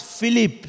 Philip